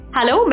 Hello